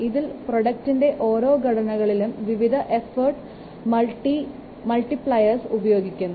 ഇതിൽ പ്രോജക്ടിന് ഓരോ ഘട്ടങ്ങളിലും വിവിധ എഫോർട്ട് മൾട്ടി പ്ലെയറുകളെ ഉപയോഗിക്കുന്നു